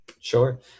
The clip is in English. Sure